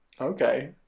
Okay